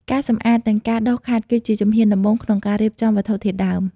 ការសម្អាត និងការដុសខាត់ គឺជាជំហានដំបូងក្នុងការរៀបចំវត្ថុធាតុដើម។